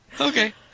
Okay